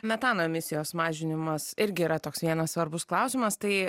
metano emisijos mažinimas irgi yra toks vienas svarbus klausimas tai